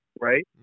right